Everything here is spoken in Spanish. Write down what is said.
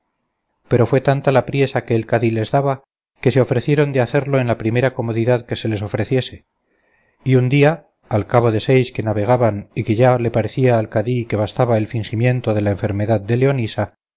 pero fue tanta la priesa que el cadí les daba que se ofrecieron de hacerlo en la primera comodidad que se les ofreciese y un día al cabo de seis que navegaban y que ya le parecía al cadí que bastaba el fingimiento de la enfermedad de leonisa